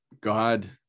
God